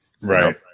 Right